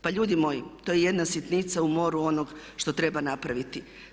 Pa ljudi moji, to je jedna sitnica u moru onog što treba napraviti.